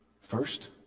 first